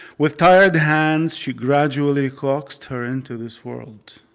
with tired hands she gradually coaxed her into this world.